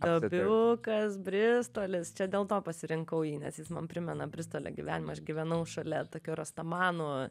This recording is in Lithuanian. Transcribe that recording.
dobiukas bristolis dėl to pasirinkau jį nes jis man primena bristolio gyvenimą aš gyvenau šalia tokių rostamanų